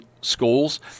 schools